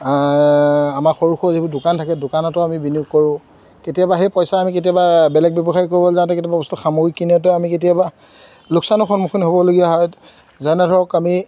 আমাৰ সৰু সৰু যিবোৰ দোকান থাকে দোকানতো আমি বিনিয়োগ কৰোঁ কেতিয়াবা সেই পইচা আমি কেতিয়াবা বেলেগ ব্যৱসায় কৰিবলৈ যাওঁতে কেতিয়াবা বস্তু সামগ্ৰী কিনোতে আমি কেতিয়াবা লোকচানৰ সন্মুখীন হ'বলগীয়া হয় যেনে ধৰক আমি